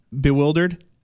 bewildered